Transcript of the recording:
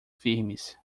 firmes